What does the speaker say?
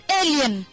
alien